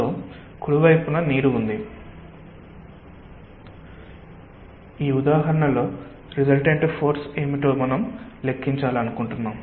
so కుడి వైపున నీరు ఉంది ఈ ఉదాహరణలో రిసల్టెంట్ ఫోర్స్ ఏమిటో లెక్కించాలనుకుంటున్నాము